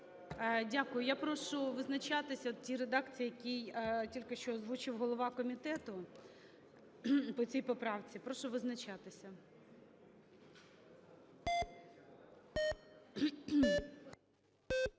Дякую. Я прошу визначатися в тій редакції, в якій тільки що озвучив голова комітету по цій поправці. Прошу визначатися.